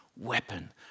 weapon